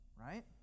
right